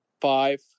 five